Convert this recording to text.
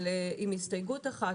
עם הסתייגות אחת,